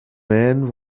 man